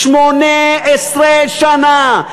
18 שנה.